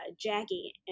Jackie